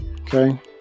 Okay